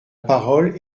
parole